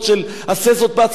יש חנויות ענקיות,